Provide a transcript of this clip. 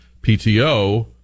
PTO